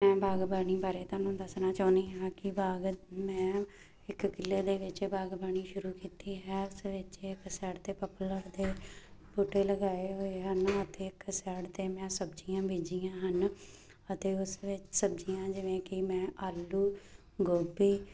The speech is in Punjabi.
ਮੈਂ ਬਾਗਬਾਨੀ ਬਾਰੇ ਤੁਹਾਨੂੰ ਦੱਸਣਾ ਚਾਹੁੰਦੀ ਹਾਂ ਕਿ ਬਾਗ ਮੈਂ ਇੱਕ ਕਿੱਲੇ ਦੇ ਵਿੱਚ ਬਾਗਬਾਨੀ ਸ਼ੁਰੂ ਕੀਤੀ ਹੈ ਉਸ ਵਿੱਚ ਇੱਕ ਸਾਈਡ 'ਤੇ ਪਾਪੂਲਰ ਦੇ ਬੂਟੇ ਲਗਾਏ ਹੋਏ ਹਨ ਅਤੇ ਇੱਕ ਸਾਈਡ 'ਤੇ ਮੈਂ ਸਬਜ਼ੀਆਂ ਬੀਜੀਆਂ ਹਨ ਅਤੇ ਉਸ ਵਿੱਚ ਸਬਜ਼ੀਆਂ ਜਿਵੇਂ ਕਿ ਮੈਂ ਆਲੂ ਗੋਭੀ